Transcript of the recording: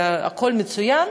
הכול מצוין,